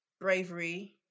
bravery